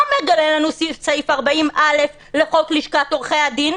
אבל מה מגלה לנו סעיף 40(א) לחוק לשכת עורכי הדין?